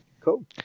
Cool